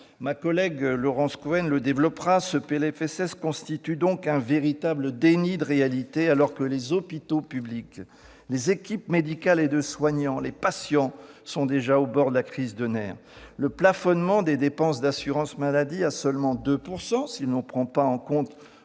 de loi de financement de la sécurité sociale constitue donc un véritable déni de réalité, alors que les hôpitaux publics, les équipes médicales et de soignants, les patients sont déjà au bord de la crise de nerfs. Le plafonnement des dépenses d'assurance maladie à seulement 2 %, si l'on ne prend pas en compte